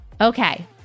Okay